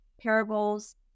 parables